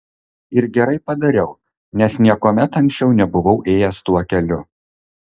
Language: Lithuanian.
ir gerai padariau nes niekuomet anksčiau nebuvau ėjęs tuo keliu